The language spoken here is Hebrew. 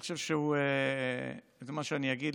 אני חושב שמה שאני אגיד,